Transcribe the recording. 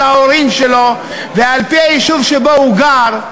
ההורים שלו ועל-פי היישוב שבו הוא גר,